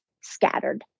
scattered